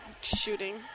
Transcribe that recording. shooting